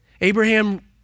Abraham